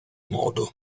modo